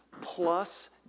plus